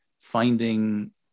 finding